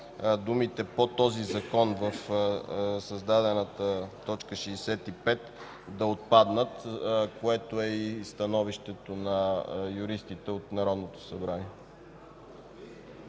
„по този Закон” в създадената т. 65 да отпаднат. Това е становището и на юристите от Народното събрание.